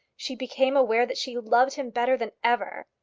she became aware that she loved him better than ever.